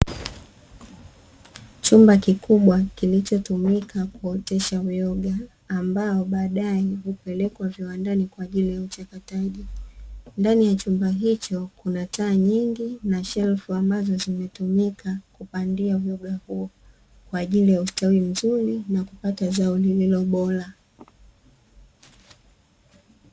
Chumba kikubwa kilichotumika kuotesha uyoga, ambao baadae hupelekwa viwandani kwaajili ya uchakataji, ndani ya chumba hicho, kuna taa nyingi na shelfu ambazo zinatumika kupandia uyoga huo kwaajili ya ustawi mzuri na kupata zao lililo bora.